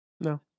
No